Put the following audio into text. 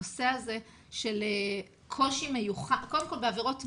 הנושא הזה של קושי מיוחד קודם כל בעבירות מין,